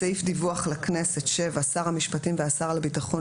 דיווח לכנסת 7. שר המשפטים והשר לביטחון